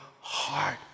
heart